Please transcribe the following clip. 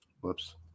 whoops